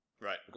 Right